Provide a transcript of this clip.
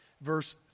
verse